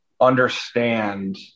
understand